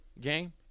game